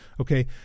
Okay